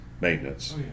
maintenance